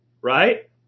right